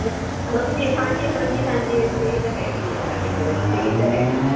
ਹਾਂਜੀ ਹਾਂਜੀ ਹਾਂਜੀ ਹਾਂਜੀ ਰਸੀਦ ਹੈਗੀ ਹ ਸਾਡੇ ਕੋਲ ਰਸੀਦ ਹੈਗੀ ਆ